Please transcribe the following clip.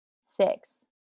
six